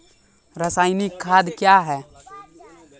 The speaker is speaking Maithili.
रसायनिक खाद कया हैं?